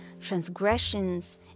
transgressions